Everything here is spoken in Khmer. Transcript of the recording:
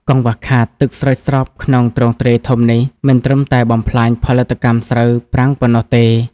កង្វះខាតទឹកស្រោចស្រពក្នុងទ្រង់ទ្រាយធំនេះ មិនត្រឹមតែបំផ្លាញផលិតកម្មស្រូវប្រាំងប៉ុណ្ណោះទេ។